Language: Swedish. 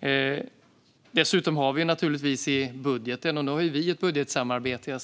Vi har ju ett budgetsamarbete, och jag ser fram emot det.